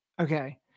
Okay